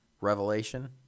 Revelation